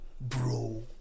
Bro